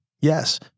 yes